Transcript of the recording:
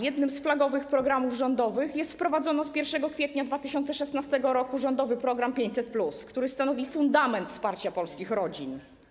Jednym z flagowych programów rządowych jest wprowadzony 1 kwietnia 2016 r. rządowy program 500+, który stanowi fundament wsparcia polskich rodzin.